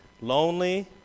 Lonely